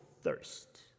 thirst